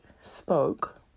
spoke